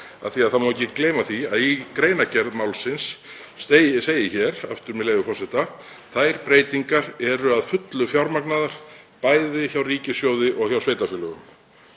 Það má ekki gleyma því að í greinargerð málsins segir, með leyfi forseta: „Þær breytingar eru að fullu fjármagnaðar bæði hjá ríkissjóði og hjá sveitarfélögum.“